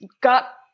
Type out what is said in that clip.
got